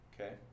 Okay